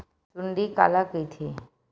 सुंडी काला कइथे?